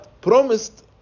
promised